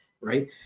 right